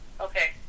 okay